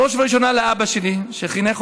בראש ובראשונה לאבא שלי,